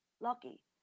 lucky